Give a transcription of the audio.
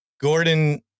Gordon